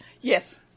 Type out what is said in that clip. Yes